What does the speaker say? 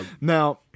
now